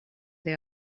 they